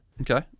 Okay